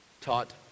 taught